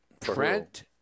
Trent